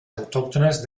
autòctones